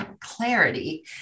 clarity